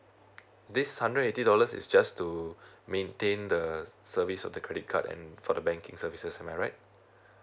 this hundred eighty dollars is just to maintain the service of the credit card and for the banking services am my right